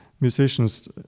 Musicians